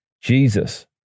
Jesus